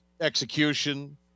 execution